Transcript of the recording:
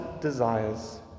desires